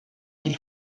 qu’il